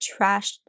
trashed